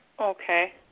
Okay